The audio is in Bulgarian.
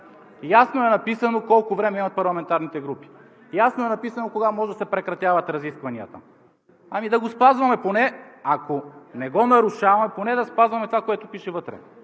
Ясно е написано колко време имат парламентарните групи, ясно е написано кога може да се прекратяват разискванията. Ами да го спазваме! Ако не го нарушаваме, поне да спазваме това, което пише вътре.